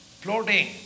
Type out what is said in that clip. floating